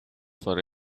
for